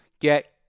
get